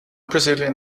brazilian